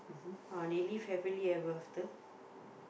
uh they live happily ever after